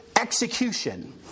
execution